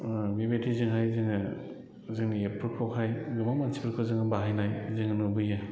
बेबायदिजोंहाय जोङो जोंनि एपफोरखौहाय गोबां मानसिफोरखौ जोङो बाहायनाय जोङो नुबोयो